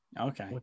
Okay